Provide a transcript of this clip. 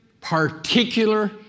particular